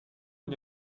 une